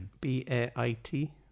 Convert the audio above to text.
B-A-I-T